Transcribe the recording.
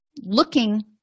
looking